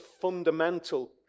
fundamental